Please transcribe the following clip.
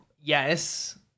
yes